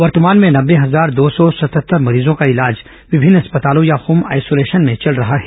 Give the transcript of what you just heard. वर्तमान में नब्बे हजार दो सौ सतहत्तर मरीजों का इलाज विभिन्न अस्पतालों या होम आइसोलेशन में चल रहा है